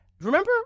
remember